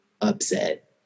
upset